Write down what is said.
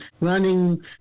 running